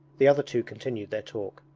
the other two continued their talk.